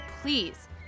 please